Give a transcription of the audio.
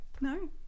No